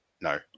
no